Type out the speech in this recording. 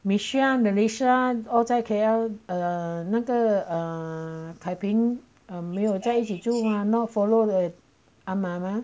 micheal malaysia all 在 K_L err 那个 err typing err 没有在一起住 not follow the 阿妈吗